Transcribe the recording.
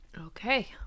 Okay